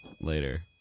Later